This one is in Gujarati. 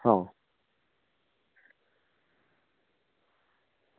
હ